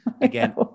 Again